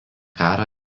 karą